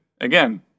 Again